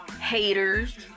Haters